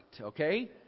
okay